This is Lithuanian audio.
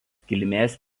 kilmės